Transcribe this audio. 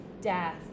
death